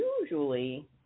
usually